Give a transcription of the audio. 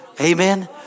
amen